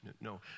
No